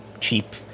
cheap